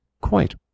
Quite